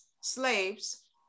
slaves